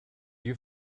you